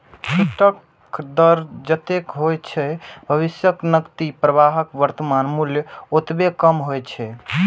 छूटक दर जतेक होइ छै, भविष्यक नकदी प्रवाहक वर्तमान मूल्य ओतबे कम होइ छै